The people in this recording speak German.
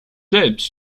selbst